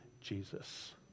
Jesus